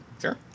Sure